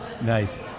Nice